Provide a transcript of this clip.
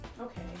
Okay